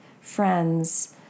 friends